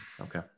Okay